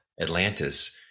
Atlantis